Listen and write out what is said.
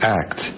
act